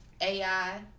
ai